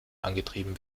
angetrieben